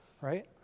right